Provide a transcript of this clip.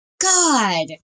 god